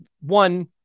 one